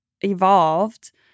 evolved